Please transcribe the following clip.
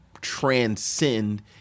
transcend